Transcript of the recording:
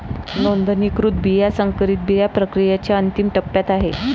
नोंदणीकृत बिया संकरित बिया प्रक्रियेच्या अंतिम टप्प्यात आहेत